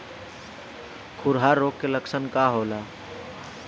खुरहा रोग के लक्षण का होला?